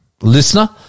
listener